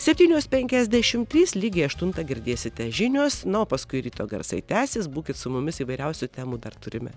septynios penkiasdešimt trys lygiai aštuntą girdėsite žinios na o paskui ryto garsai tęsis būkit su mumis įvairiausių temų dar turime